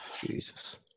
Jesus